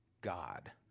God